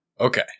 Okay